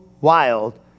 wild